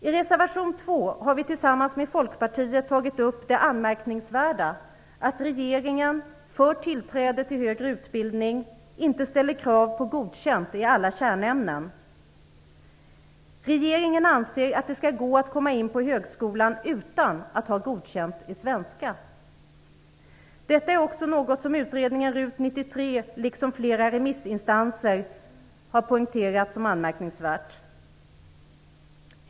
I reservation 2 har vi tillsammans med Folkpartiet tagit upp det anmärkningsvärda att regeringen för tillträde till högre utbildning inte ställer krav på godkänt i alla kärnämnen. Regeringen anser att det skall gå att komma in på högskolan utan att ha godkänt i svenska. Detta är också något som utredningen RUT 93, liksom flera remissinstanser har poängterat som anmärkningsvärt.